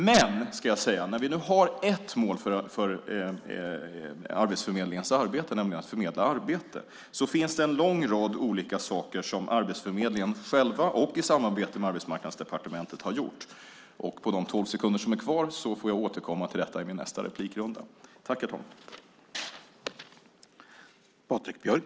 Men när vi nu har ett mål för Arbetsförmedlingens arbete, nämligen att förmedla arbete, finns det en lång rad olika saker som Arbetsförmedlingen själv och i samarbete med Arbetsmarknadsdepartementet har gjort. Jag får återkomma till detta i mitt nästa inlägg.